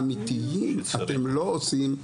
האמיתיים אתם לא עושים.